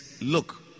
look